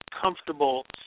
comfortable